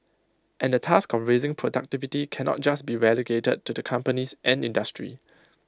and the task of raising productivity cannot just be relegated to the companies and industry